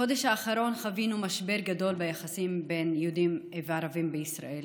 בחודש האחרון חווינו משבר גדול ביחסים בין יהודים לערבים בישראל,